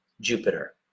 Jupiter